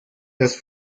las